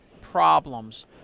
problems